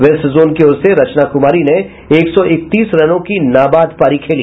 best zone की ओर से रचना कुमारी ने एक सौ इकतीस रनों को नाबाद पारी खेली